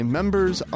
Members